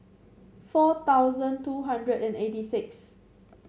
four thousand two hundred and eighty six